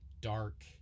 dark